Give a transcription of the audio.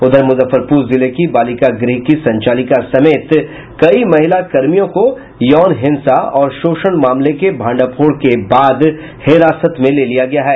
उधर मुजफ्फरपुर जिले की बालिका गृह की संचालिका समेत कई महिला कर्मियों को यौन हिंसा और शोषण मामले के फांडाफोड़ के बाद हिरासत में ले लिया गया है